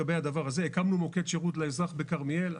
הקמנו מוקד שירות לאזרח בכרמיאל.